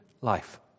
life